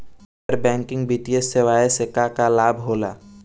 गैर बैंकिंग वित्तीय सेवाएं से का का लाभ होला?